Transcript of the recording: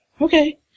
Okay